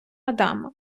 адама